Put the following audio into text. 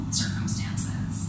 circumstances